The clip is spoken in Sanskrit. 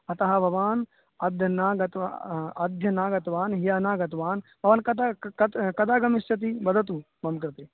अतः भवान् अद्य न गतवान् अद्य न गतवान् ह्यः न गतवान् भवान् कदा कदा कदा गमिष्यति वदतु मम कृते